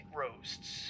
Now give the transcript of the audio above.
roasts